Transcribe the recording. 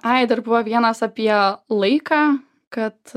ai dar buvo vienas apie laiką kad